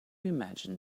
imagine